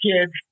kids